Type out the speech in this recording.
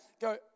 go